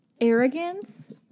arrogance